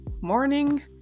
morning